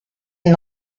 and